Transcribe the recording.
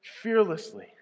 fearlessly